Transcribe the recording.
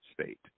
state